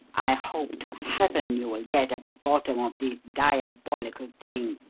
i hope to heaven you will get at the bottom of this diabolical thing.